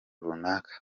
runaka